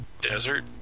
desert